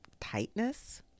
tightness